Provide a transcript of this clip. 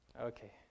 okay